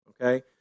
Okay